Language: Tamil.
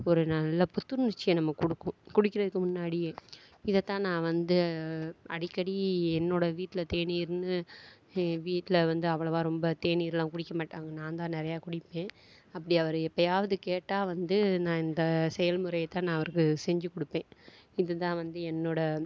ஒரு நல்ல புத்துணர்ச்சியை நமக்கு கொடுக்கும் குடிக்கிறதுக்கு முன்னாடியே இதை தான் நான் வந்து அடிக்கடி என்னோடய வீட்டில் தேநீருன்னு வீட்டில் வந்து அவ்வளவாக ரொம்ப தேநீருலாம் குடிக்க மாட்டாங்க நான் தான் நிறையா குடிப்பேன் அப்படி அவர் எப்போயாவது கேட்டால் வந்து நான் இந்த செயல்முறை தான் நான் அவருக்கு செஞ்சு கொடுப்பேன் இது தான் வந்து என்னோடய